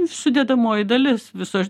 sudedamoji dalis viso